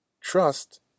trust